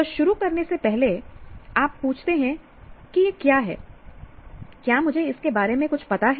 तो शुरू करने से पहले आप पूछते हैं कि यह क्या है क्या मुझे इसके बारे में कुछ पता है